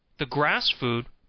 the grass food,